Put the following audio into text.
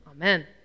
amen